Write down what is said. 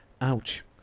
Ouch